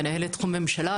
מנהלת תחום ממשלה,